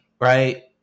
right